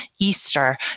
Easter